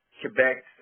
Quebec